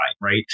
right